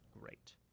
Great